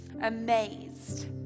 amazed